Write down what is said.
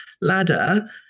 ladder